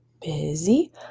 busy